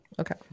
Okay